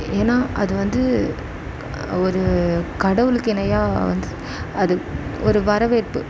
ஏன்னா அது வந்து ஒரு கடவுளுக்கு இணையாக வந்து அது ஒரு வரவேற்பு